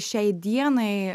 šiai dienai